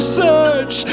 search